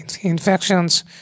infections